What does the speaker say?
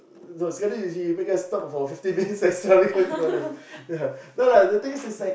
no sekali he make us talk for fifty minutes extra because we go toilet ya no lah the thing is is like